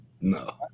No